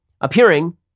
appearing